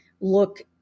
look